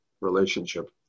relationship